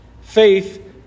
Faith